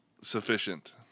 sufficient